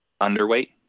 underweight